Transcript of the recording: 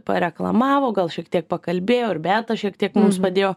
pareklamavo gal šiek tiek pakalbėjo ir beata šiek tiek mums padėjo